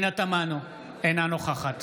אינה נוכחת